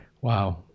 wow